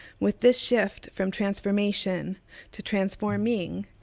with this shift from transformation to transforming,